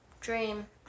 dream